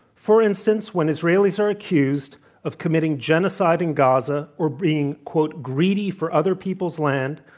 for instance, when israelis are accused of committing genocide in gaza or being, quote, greedy for other people's land,